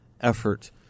effort